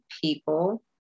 people